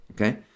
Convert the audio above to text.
okay